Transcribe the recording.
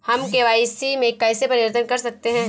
हम के.वाई.सी में कैसे परिवर्तन कर सकते हैं?